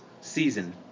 season